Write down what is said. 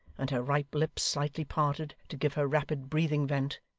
and her ripe lips slightly parted, to give her rapid breathing vent,